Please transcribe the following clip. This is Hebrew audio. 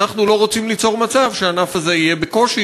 אנחנו לא רוצים ליצור מצב שהענף הזה יהיה בקושי,